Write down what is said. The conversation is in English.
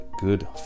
good